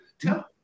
tell